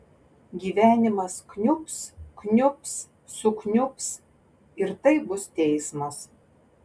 gyvenimas kniubs kniubs sukniubs ir tai bus teismas